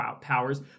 powers